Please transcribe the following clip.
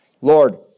Lord